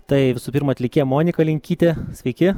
tai visų pirma atlikėja monika linkytė sveiki